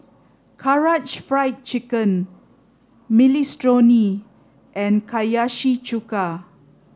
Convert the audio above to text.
Karaage Fried Chicken Minestrone and Hiyashi chuka